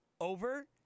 over